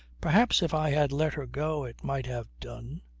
perhaps if i had let her go it might have done.